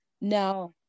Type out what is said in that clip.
now